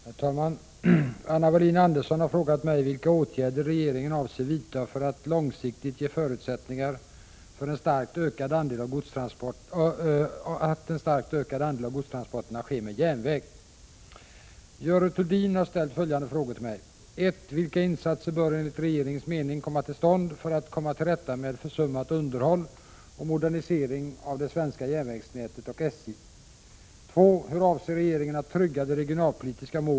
Herr talman! Anna Wohlin-Andersson har frågat mig vilka åtgärder regeringen avser vidta för att långsiktigt ge förutsättningar för att en starkt ökad andel av godstransporterna sker med järnväg. Görel Thurdin har ställt följande frågor till mig: 4.